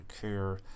care